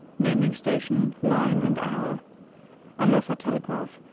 naming station, line, and hour unless i telegraph,